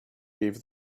gave